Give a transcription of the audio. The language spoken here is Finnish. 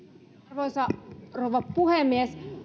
arvoisa rouva puhemies